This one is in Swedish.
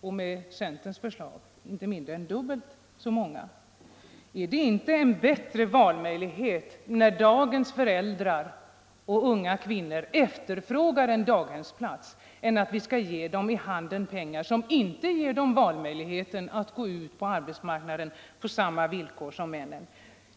och med centerns förslag inte mindre än dubbelt så många. Är det inte en bättre valmöjlighet, att bygga daghem i stället när dagens föräldrar och unga kvinnor efterfrågar det, än att vi skall ge dem i handen pengar som inte lämnar dem valmöjligheten att gå ut på arbetsmarknaden?